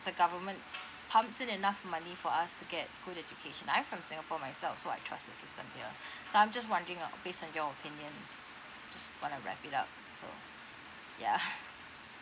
the government pumps in enough money for us to get whole education I'm from singapore myself so I trust the system here so I'm just wondering uh based on your opinion so yeah